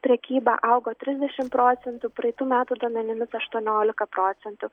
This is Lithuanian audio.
prekyba augo trisdešim procentų praeitų metų duomenimis aštuoniolika procentų